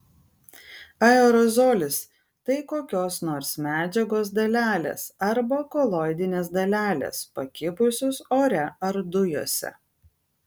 aerozolis tai kokios nors medžiagos dalelės arba koloidinės dalelės pakibusios ore ar dujose